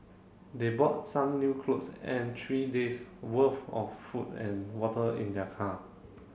they brought some new clothes and three days' worth of food and water in their car